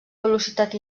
velocitat